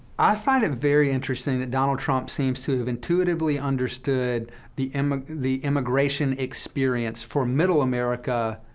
i find it very interesting that donald trump seems to have intuitively understood the um ah the immigration experience for middle america